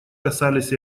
касались